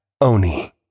Oni